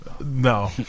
no